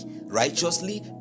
righteously